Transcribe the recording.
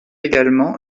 également